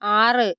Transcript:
ആറ്